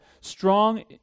strong